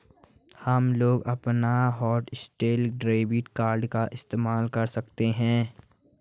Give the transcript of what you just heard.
हमलोग अपना hotlist debit card का इस्तेमाल कर सकते हैं